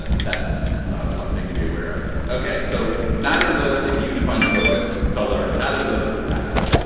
that's one thing to be aware of. okay. so neither of those, if you define the focus color neither of those would pass.